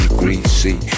greasy